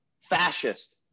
fascist